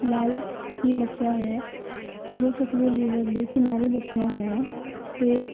ਨਾਲ ਹੀ ਵਸਿਆ ਹੋਇਆ ਹੈ ਜੋ ਸਤਲੁਜ ਰੀਵਰ ਦੇ ਕਿਨਾਰੇ ਵਸਿਆ ਹੋਇਆ ਹੈ ਅਤੇ